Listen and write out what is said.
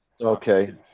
okay